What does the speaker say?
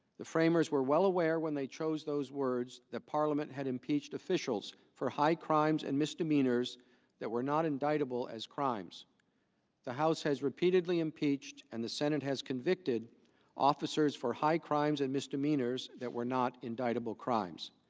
the framers were well aware when they chose those words that parliament had impeached officials for high crimes and misdemeanors that were not indictable as crimes the house has repeatedly impeached in and the senate has convicted officers for high crimes and misdemeanors that were not indictable crimes.